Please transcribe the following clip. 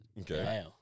Okay